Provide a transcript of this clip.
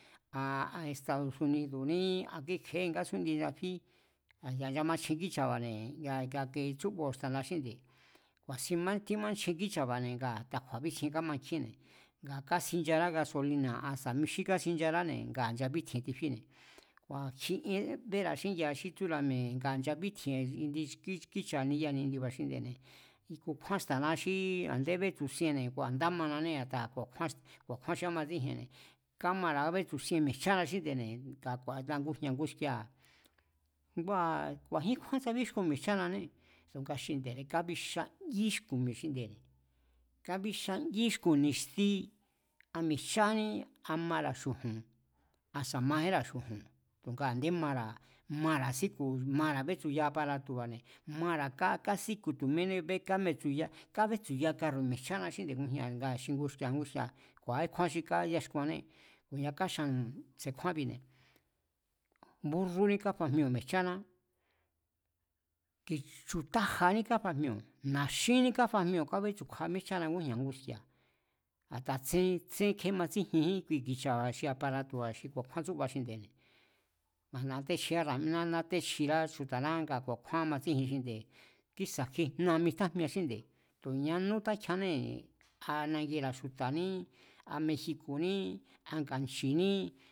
A estado sunidóní a kíkje̱éni ngásún'ndie nchafí, a̱ya̱ nchamachjen kícha̱ba̱ne̱ nga ngake tsúboo̱ xta̱na xí nde̱, ku̱a̱sin tímanchjen kícha̱ba̱ne̱ nga ta kju̱a̱bíntsjien kámankjínne̱, nga káxinchará kasólina̱ a sa̱ mí xí kaxincharáne̱ ngaa̱ chabítji̱e̱n tifíne̱. Ku̱a̱kji ien xí bera̱a xíngi̱a̱a xí tsúra̱ mi̱e̱, ngaa̱ nchabítji̱e̱n indi kícha̱ ni'ya nindi̱ba̱ne̱ xinde̱ne̱, kukjúán xta̱na xí a̱ndé bétsu̱sienne̱ kua̱ ndá mananée̱ ku̱a̱kjúan xi ámatsíjiene̱, kámara̱ kábétsu̱sien mi̱e̱jchána xínde̱ne̱ ngaku̱a̱, nga ngujña̱ nguski̱a̱, ngua̱ ku̱a̱jín kjúan tsabíéxkun mi̱e̱jchánanée̱ tu̱nga xinde̱ne̱ kabixanngí xku̱n mi̱e̱ xinde̱ne̱, kábixangí xku̱n ni̱xti, a mi̱e̱jchaní a mara̱ xu̱ju̱n a sa̱ majínra̱ xu̱ju̱n tu̱nga a̱ndé mara̱, mara̱ síku̱ mara̱ betsuya aparatu̱ba̱ne̱ mara̱ kásíku̱ tu̱ bení kábetsu̱ya, kábetsu̱ya karru̱ mi̱e̱jchána xínde̱ ngujña̱, ngaa̱ xi ngujña̱ nguski̱a̱ ku̱a̱íkjúan kjúán xi káyaxkuanné. Ku̱nia káxannu̱ se̱kjúánbi̱ne̱ búrrúní káfajmioo̱ mi̱e̱jcháná ki chu̱tájaní káfajmioo̱, na̱xínní káfajmioo̱ kábétsu̱kja míéjchána ngújña̱ nguski̱a̱, a̱ta tsén matsíjienjín xi ki̱cha̱ba̱ xi aparato̱ba̱ xi ku̱a̱kjúán tsúba xinde̱ne̱. Nátéchjirá na̱'miná, nátéchjirá chju̱ta̱ná nga ku̱a̱kjúán kámatsíjien xinde̱ kísa̱ kijna mitjajmiea xínde̱ tu̱ ñanú takjianée̱, a nangira̱ chju̱ta̱ní, a mexico̱ní, a nga̱jchi̱ní